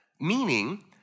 meaning